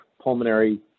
pulmonary